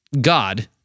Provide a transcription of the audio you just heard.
God